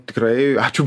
tikrai ačiū